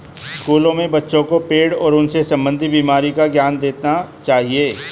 स्कूलों में बच्चों को पेड़ और उनसे संबंधित बीमारी का ज्ञान देना चाहिए